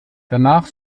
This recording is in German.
danach